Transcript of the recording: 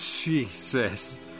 Jesus